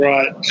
Right